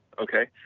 okay?